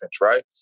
right